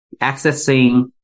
accessing